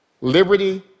liberty